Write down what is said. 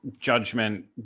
judgment